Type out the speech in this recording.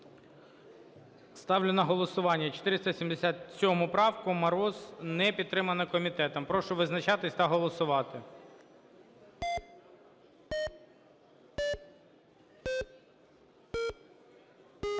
Ставлю на голосування 477 правку, Мороз. Не підтримана комітетом. Прошу визначатись та голосувати.